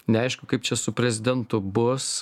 neaišku kaip čia su prezidentu bus